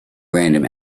random